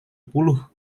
puluh